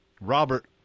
Robert